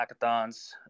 hackathons